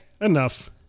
enough